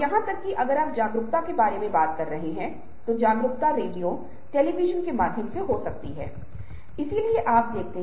अब अगर आप इस छवि को देख रहे हैं तो यह एक ऐसी छवि है जिसे 1937 में फ्रांसीसी चित्रकार सल्वाडारो डाली ने नरगिस का फूल के रूपक के रूप में जाना था